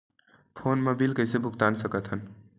Phone मा bill कइसे भुक्तान साकत हन?